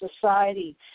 society